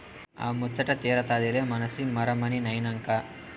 ఆ ముచ్చటా తీరతాదిలే మనసి మరమనినైనంక